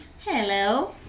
Hello